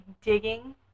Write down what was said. digging